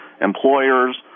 employers